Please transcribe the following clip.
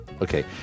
Okay